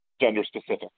gender-specific